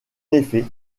effet